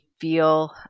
feel